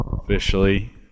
officially